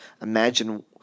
imagine